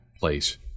place